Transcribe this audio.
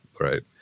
right